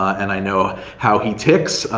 and i know how he ticks,